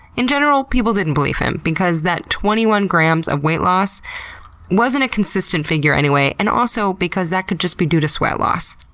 in general, people didn't believe him because that twenty one grams of weight loss wasn't a consistent figure anyway, and also because that could just be due to sweat loss.